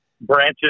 branches